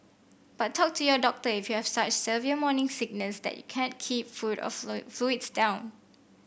but talk to your doctor if you have such severe morning sickness that you can't keep food or fluids down